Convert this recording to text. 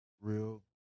real